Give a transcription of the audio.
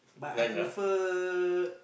but I prefer